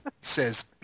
says